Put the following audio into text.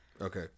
Okay